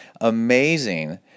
amazing